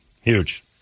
Huge